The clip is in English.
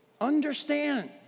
Understand